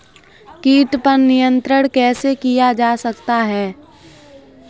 कीट पर नियंत्रण कैसे किया जा सकता है?